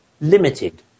limited